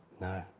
No